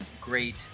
great